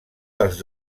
dels